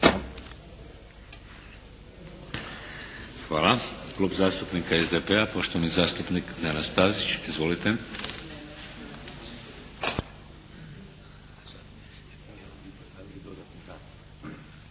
Hvala. Klub zastupnika SDP-a, poštovani zastupnik Nenad Stazić. Izvolite.